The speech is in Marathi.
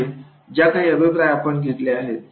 त्यामुळे ज्या काही अभिप्राय आपण घेतले होते